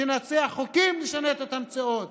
שנציע חוקים לשנות את המציאות,